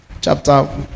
chapter